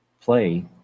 play